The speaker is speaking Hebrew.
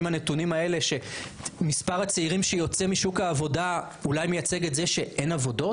האם מספר הצעירים שיוצא משוק העבודה אולי מייצג את זה שאין עבודות?